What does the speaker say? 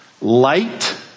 Light